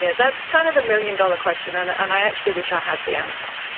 yeah that's kind of the million-dollar question and and i actually wish i had the answer.